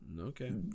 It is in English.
Okay